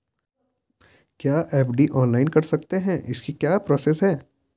क्या FD online कर सकते हैं इसकी क्या प्रोसेस है?